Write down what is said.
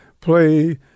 play